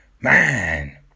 Man